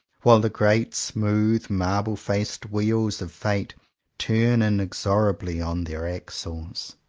while the great smooth marble-faced wheels of fate turn inexorably on their axles.